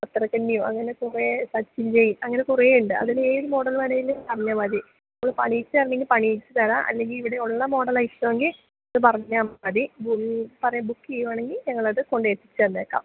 സത്തറകന്യോ അങ്ങനെ കുറേ സച്ചിൻറ്റെം അങ്ങനെ കുറേ ഉണ്ട് അതിൽ ഏത് മോഡൽ വേണേലും പറഞ്ഞാൽ മതി പണിയിച്ച് തരണമെങ്കിൽ പണിയിച്ച് തരാം അല്ലെങ്കിൽ ഇവിടെയുള്ള മോഡലാ ഇഷ്ട്ടമെങ്കിൽ അത് പറഞ്ഞാൽ മതി ബൂ പറ ബുക്ക് ചെയ്യുവാണെങ്കിൽ ഞങ്ങൾ അത് കൊണ്ട് എത്തിച്ച് തന്നേക്കാം